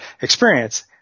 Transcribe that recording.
experience